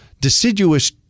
deciduous